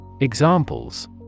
Examples